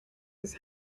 his